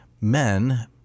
men